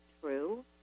true